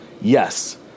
Yes